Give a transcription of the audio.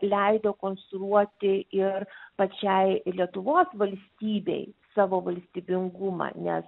leido konstruoti ir pačiai lietuvos valstybei savo valstybingumą nes